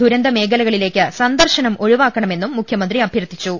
ദുർന്തമേഖലകളിലേക്ക് സന്ദർശനം ഒഴി വാക്കണമെന്നും മുഖ്യമന്ത്രി അഭ്യർത്ഥിച്ചു